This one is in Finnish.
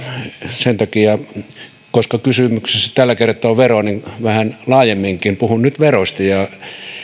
sen takia että kysymyksessä tällä kertaa on vero vähän laajemminkin puhun nyt veroista ja